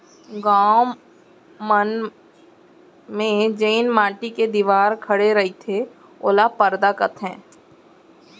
गॉंव मन म जेन माटी के दिवार खड़े रईथे ओला परदा कथें